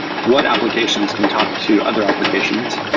what applications can talk to other applications?